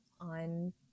on